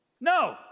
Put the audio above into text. No